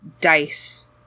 dice